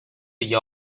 you